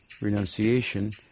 renunciation